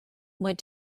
what